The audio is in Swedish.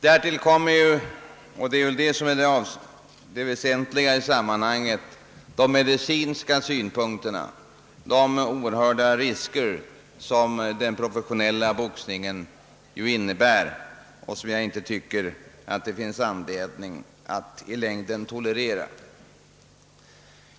Därtill kommer — och det är det väsentliga i sammanhanget — de midicinska synpunkterna och de oerhörda risker som den professionella boxningen innebär och som det enligt min mening inte finns anledning att tolerera i längden.